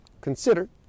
consider